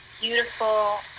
beautiful